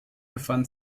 befand